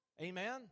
Amen